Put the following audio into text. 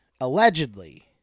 allegedly